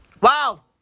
Wow